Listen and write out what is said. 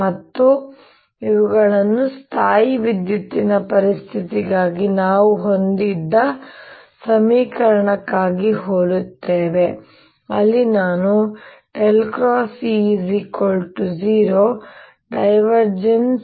ಮತ್ತೆ ಇವುಗಳು ಸ್ಥಾಯೀವಿದ್ಯುತ್ತಿನ ಪರಿಸ್ಥಿತಿಗಾಗಿ ನಾವು ಹೊಂದಿದ್ದ ಸಮೀಕರಣಗಳಿಗೆ ಹೋಲುತ್ತವೆ ಅಲ್ಲಿ ನಾನು E 0 ಮತ್ತು